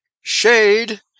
shade